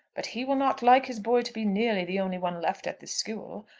but he will not like his boy to be nearly the only one left at the school.